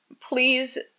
please